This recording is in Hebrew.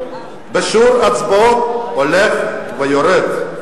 בשיעור הצבעה הולך ויורד,